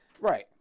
Right